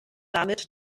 damit